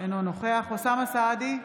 אינו נוכח אוסאמה סעדי,